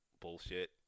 bullshit